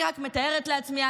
אני רק מתארת לעצמי,